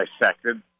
dissected